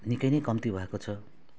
निकै नै कम्ती भएको छ